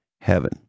heaven